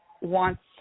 wants